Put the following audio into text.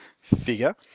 figure